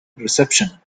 reception